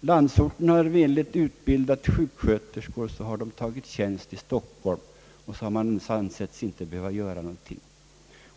Landsorten har haft vänligheten att utbilda sjuksköterskor, och så har dessa tagit tjänst i Stockholm. Därför har man inte ansett sig behöva göra någonting i Stockholm.